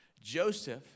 Joseph